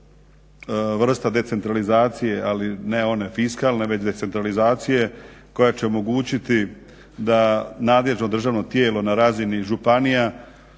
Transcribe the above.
vrsta decentralizacije, ali ne one fiskalne, već decentralizacije koja će omogućiti da nadležno državno tijelo na razini županija,